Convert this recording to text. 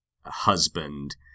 husband